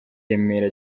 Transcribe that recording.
remera